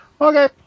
Okay